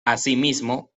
asimismo